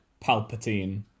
Palpatine